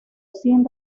sin